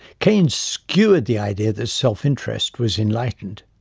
keynes skewered the idea that self interest was enlightened.